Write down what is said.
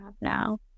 now